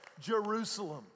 Jerusalem